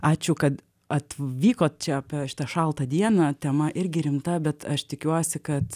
ačiū kad atvykot čia apie šitą šaltą dieną tema irgi rimta bet aš tikiuosi kad